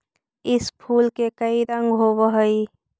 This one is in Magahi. इस फूल के कई रंग होव हई